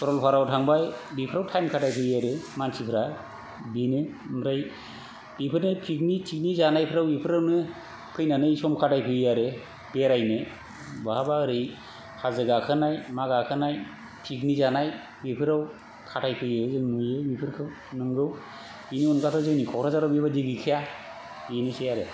सरलपारायाव थांबाय बेफ्राव टाइम खाथाय होयो आरो मानसिफ्रा बेनो आमफ्राय बेफोरनो पिकनिक टिकनिक जानायफ्राव बेफ्रावनो फैनानै सम खाथाय फैयो आरो बेरायनो बहाबा ओरै हाजो गाखोनाय मा गाखोनाय पिकनि जानाय बेफोराव खाथायफैयो जों नुयै नुयै फोरखौ नोंगौ बिनि अनगाथ' जोंनि क'क्राझार बायदि गैखाया बेनोसै आरो